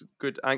good